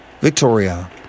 Victoria